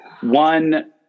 One